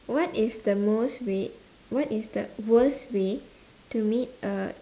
what is the most way what is the worst way to meet a